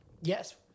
Yes